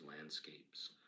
landscapes